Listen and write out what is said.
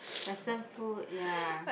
western food ya